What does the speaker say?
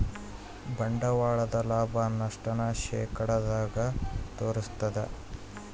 ಬಂಡವಾಳದ ಲಾಭ, ನಷ್ಟ ನ ಶೇಕಡದಾಗ ತೋರಿಸ್ತಾದ